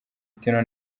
tino